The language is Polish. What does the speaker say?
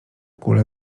kule